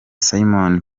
simon